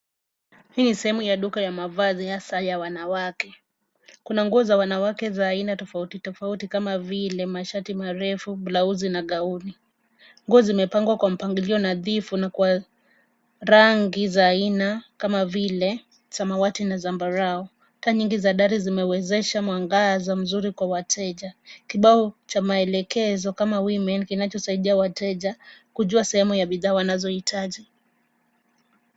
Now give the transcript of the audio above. Hii ni sehemu ya duka ya mavazi hasa ya wanawake. Kuna nguo za wanawake za aina tofauti tofauti kama vile mashati marefu, blauzi na gauni. Nguo zimepangwa kwa mpangilio nadhifu na kwa rangi za aina kama vile samawati na zambarau. Taa nyingi za dari zimewezesha mwangaza mzuri kwa wateja. Kibao cha maelekezo kama women kinachosaidia wateja kujua sehemu ya bidhaa wanazohitaji.